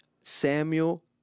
samuel